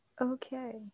okay